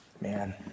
Man